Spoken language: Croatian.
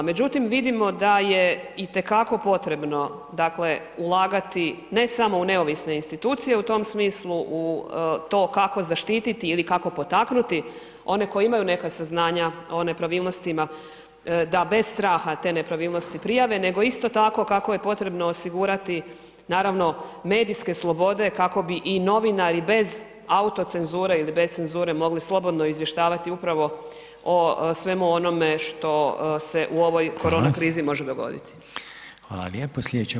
Međutim, vidimo da je itekako potrebno dakle ulagati ne samo u neovisne institucije u tom smislu u to kako zaštititi ili kako potaknuti one koji imaju neka saznanja o nepravilnostima da bez straha te nepravilnosti prijave, nego isto tako kako je potrebno osigurati naravno medijske slobode kako bi i novinari bez autocenzure ili bez cenzure mogli slobodno izvještavati upravo o svemu onome što se u ovoj korona krizi može dogoditi.